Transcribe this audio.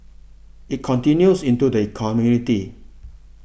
it continues into the community